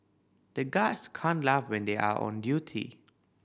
the guards can't laugh when they are on duty